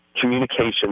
communication